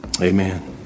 amen